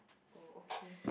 oh okay